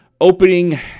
opening